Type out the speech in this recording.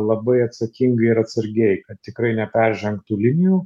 labai atsakingai ir atsargiai kad tikrai neperžengtų linijų